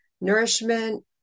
nourishment